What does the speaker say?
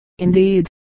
indeed